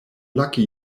lucky